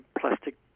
plastic